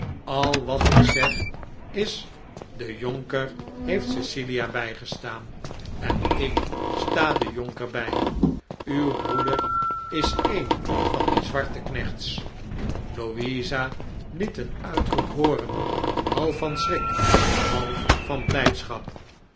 al wat ik zeg is de jonker heeft cecilia bijgestaan en ik sta den jonker bij uw broeder is een van die zwarte knechts louisa liet een uitroep hooren half van schrik half van blijdschap